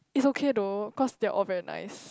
it's okay though cause they're all very nice